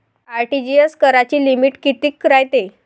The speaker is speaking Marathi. आर.टी.जी.एस कराची लिमिट कितीक रायते?